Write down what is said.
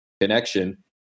connection